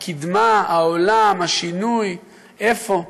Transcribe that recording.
הקדמה, העולם, השינוי, איפה?